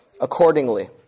accordingly